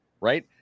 right